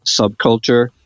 subculture